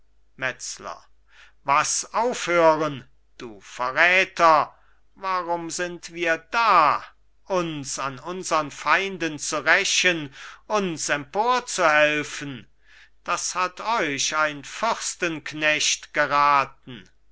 metzler was aufhören du verräter warum sind wir da uns an unsern feinden zu rächen uns emporzuhelfen das hat euch ein fürstenknecht geraten